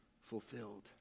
fulfilled